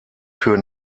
für